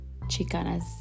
chicanas